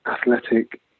athletic